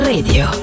Radio